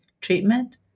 treatment